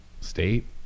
state